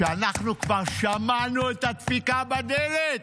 אנחנו כבר שמענו את הדפיקה בדלת,